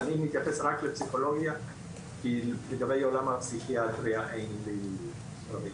אני מתייחס רק לפסיכולוגיה כי לגבי עולם הפסיכיאטריה אין לי נתונים.